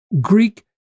Greek